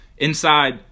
Inside